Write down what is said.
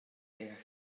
ddeall